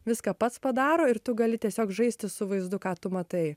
viską pats padaro ir tu gali tiesiog žaisti su vaizdu ką tu matai